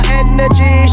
energy